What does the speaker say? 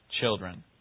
children